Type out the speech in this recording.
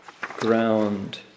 ground